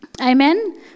Amen